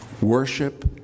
Worship